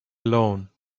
alone